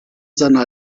seiner